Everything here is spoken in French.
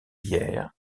bières